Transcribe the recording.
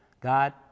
God